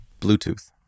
Bluetooth